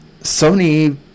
Sony